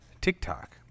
TikTok